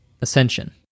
ascension